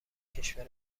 کشور